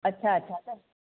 अच्छा अच्छा त